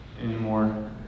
anymore